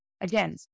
again